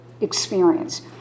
experience